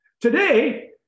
Today